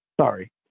Sorry